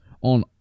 on